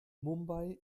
mumbai